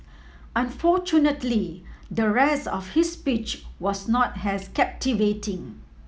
unfortunately the rest of his speech was not as captivating